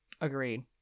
Agreed